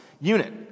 unit